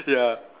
ya